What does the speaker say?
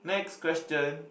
next question